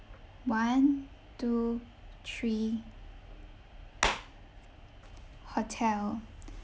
one two three hotel